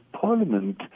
Parliament